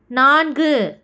நான்கு